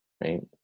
right